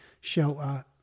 shelter